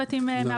צוות עם מאבטח,